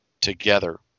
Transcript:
together